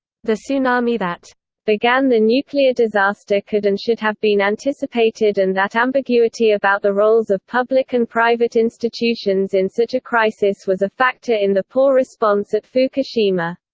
the tsunami that began the nuclear disaster could and should have been anticipated and that ambiguity about the roles of public and private institutions in such a crisis was a factor in the poor response at fukushima.